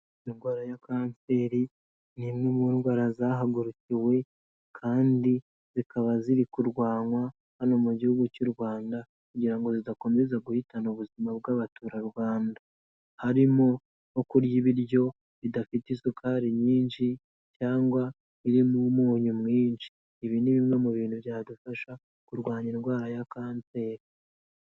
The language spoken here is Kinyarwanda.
Indwara ya Kanseri ni imwe mu ndwara zahagurukiwe kandi zikaba ziri kurwanywa hano mu gihugu cy'u Rwanda kugira ngo zidakomeza guhitana ubuzima bw'abaturarwanda, harimo nko kurya ibiryo bidafite isukari nyinshi cyangwa birimo umunyu mwinshi, ibi ni bimwe mu bintu byadufasha kurwanya indwara ya Kanseri.